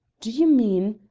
do you mean,